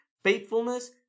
faithfulness